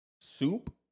Soup